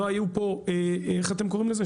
לא היו פה, איך אתם קוראים לזה?